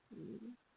mmhmm